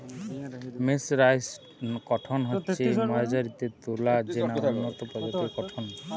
mercerised cotton হচ্ছে মার্জারিত তুলো যেটা উন্নত প্রজাতির কট্টন